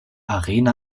arena